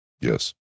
Yes